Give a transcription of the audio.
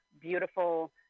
beautiful